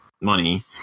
money